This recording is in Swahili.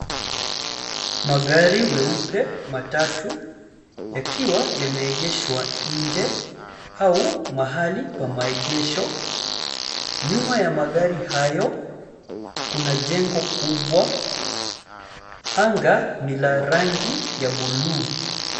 Magari meupe matatu yakiwa yameegeshwa nje au mahali pa maegesho. Nyuma ya magari hayo kuna jengo kubwa. Anga ni la rangi ya buluu.